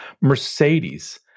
Mercedes